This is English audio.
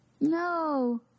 No